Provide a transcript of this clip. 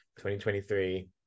2023